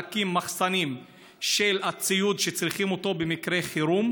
להקים מחסנים של הציוד שצריכים אותו במקרה חירום,